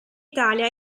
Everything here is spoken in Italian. italia